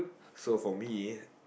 so for me